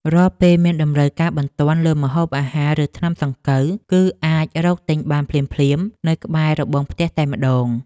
រាល់ពេលមានតម្រូវការបន្ទាន់លើម្ហូបអាហារឬថ្នាំសង្កូវ គឺអាចរកទិញបានភ្លាមៗនៅក្បែររបងផ្ទះតែម្តង។